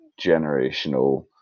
generational